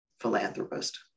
philanthropist